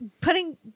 putting